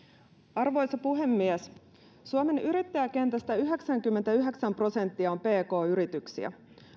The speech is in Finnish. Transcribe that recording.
arvoisa puhemies suomen yrittäjäkentästä yhdeksänkymmentäyhdeksän prosenttia on pk yrityksiä